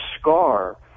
scar